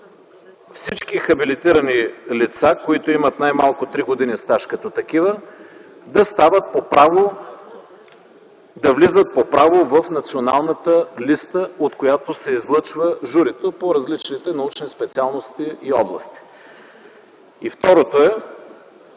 всички хабилитирани лица, които имат най-малко три години стаж като такива, да влизат по право в Националната листа, от която се излъчва журито по различните научни специалности и области. Второто е,